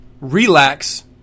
relax